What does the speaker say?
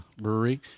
brewery